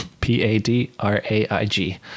P-A-D-R-A-I-G